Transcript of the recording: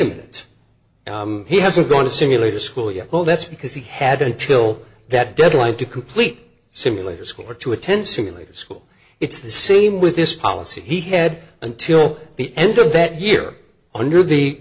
a minute he hasn't gone to simulator school yet well that's because he had until that deadline to complete simulator school or to attend simulator school it's the same with this policy he had until the end of that year under the